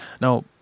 Now